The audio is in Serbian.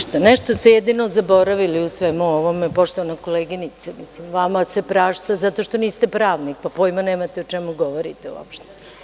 Ništa, nešto ste jedino zaboravili u svemu ovome poštovana koleginice, vama se prašta zato što niste pravnik, pa pojma nemate o čemu govorite uopšte.